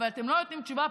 אבל אתם לא נותנים תשובה,